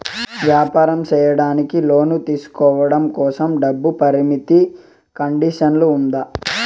వ్యాపారం సేయడానికి లోను తీసుకోవడం కోసం, డబ్బు పరిమితి కండిషన్లు ఉందా?